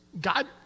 God